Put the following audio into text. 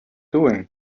doing